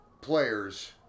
players